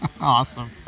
Awesome